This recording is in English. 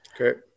Okay